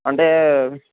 అంటే